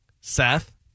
Seth